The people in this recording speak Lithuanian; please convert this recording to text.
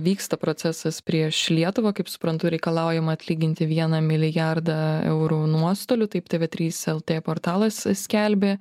vyksta procesas prieš lietuvą kaip suprantu reikalaujama atlyginti vieną milijardą eurų nuostolių taip tv trys lt portalas skelbė